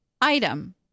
item